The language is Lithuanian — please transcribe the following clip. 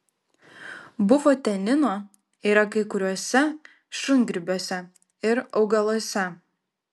bufotenino yra kai kuriuose šungrybiuose ir augaluose